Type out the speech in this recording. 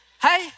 Hey